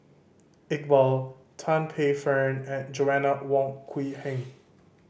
Iqbal Tan Paey Fern and Joanna Wong Quee Heng